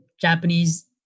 Japanese